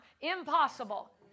Impossible